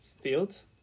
Fields